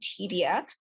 TDF